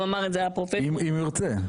אם הוא ירצה.